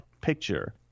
picture